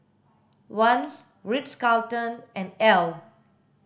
Vans Ritz Carlton and Elle